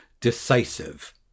decisive